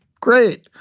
great.